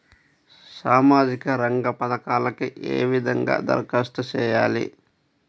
సామాజిక రంగ పథకాలకీ ఏ విధంగా ధరఖాస్తు చేయాలి?